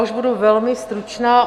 Už budu velmi stručná.